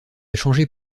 changé